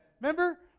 Remember